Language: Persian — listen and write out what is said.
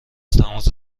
تماس